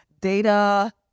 data